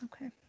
Okay